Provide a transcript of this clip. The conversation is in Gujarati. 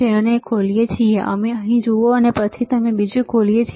તેથી અમે તેને ખોલીએ છીએ તમે અહીં જુઓ અને પછી અમે બીજી ખોલીએ છીએ